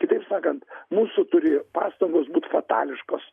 kitaip sakant mūsų turi pastangos būt fatališkos